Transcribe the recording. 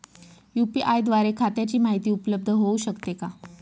UPI द्वारे खात्याची माहिती उपलब्ध होऊ शकते का?